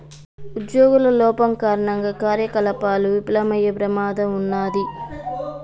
ఉజ్జోగుల లోపం కారణంగా కార్యకలాపాలు విఫలమయ్యే ప్రమాదం ఉన్నాది